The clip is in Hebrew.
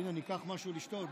הינה, אני אקח משהו לשתות.